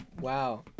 Wow